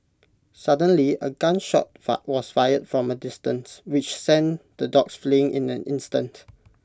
suddenly A gun shot was fired from A distance which sent the dogs fleeing in an instant